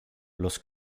los